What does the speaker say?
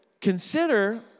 consider